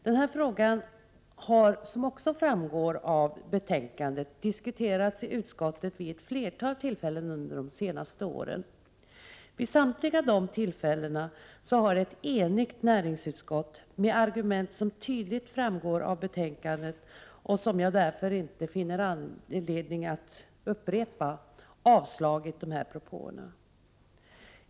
Denna fråga har, som också framgår av betänkandet, diskuterats i utskottet vid ett flertal tillfällen under de senaste åren. Vid samtliga tillfällen har ett enigt näringsutskott, med argument som tydligt framgår av betänkandet och som jag därför inte finner anledning att upprepa, avstyrkt propåerna.